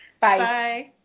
Bye